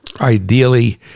ideally